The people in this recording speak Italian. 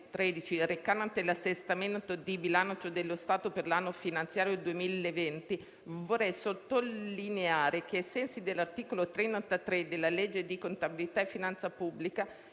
recante l'assestamento del bilancio dello Stato per l'anno finanziario 2020, vorrei sottolineare che, ai sensi dell'articolo 33 della legge di contabilità e finanza pubblica,